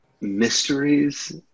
mysteries